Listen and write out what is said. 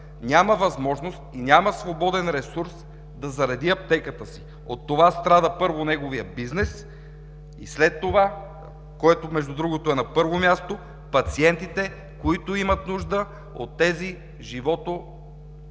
няма възможност, няма свободен ресурс да зареди аптеката си. От това страда, първо, неговият бизнес и след това – което между другото е на първо място, пациентите, които имат нужда от тези животоспасяващи